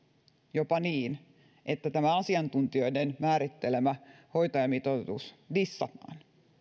jopa niin että tämä asiantuntijoiden määrittelemä hoitajamitoitus dissataan